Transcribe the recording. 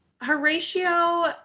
Horatio